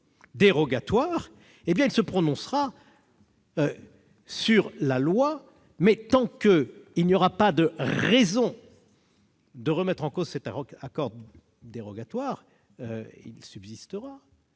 il se prononcera sur la loi, mais tant qu'il n'y aura pas de raison de remettre en cause cet accord dérogatoire, il subsistera.